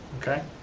okay.